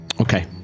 Okay